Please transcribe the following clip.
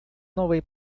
новые